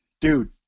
dude